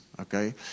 okay